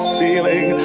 feeling